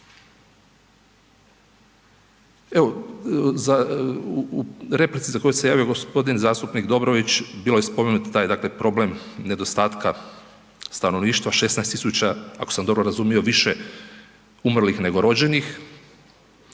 za, u replici za koju se javio g. zastupnik Dobrović bilo je spomenut taj, dakle problem nedostatka stanovništva, 16000 ako sam dobro razumio više umrlih nego rođenih,